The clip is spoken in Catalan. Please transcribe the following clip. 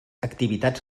activitats